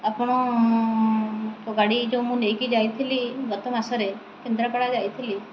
ଆପଣ ଗାଡ଼ି ଯେଉଁ ମୁଁ ନେଇକି ଯାଇଥିଲି ଗତ ମାସରେ କେନ୍ଦ୍ରାପଡ଼ା ଯାଇଥିଲି